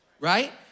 right